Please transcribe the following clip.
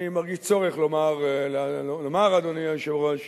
אני מרגיש צורך לומר, אדוני היושב-ראש,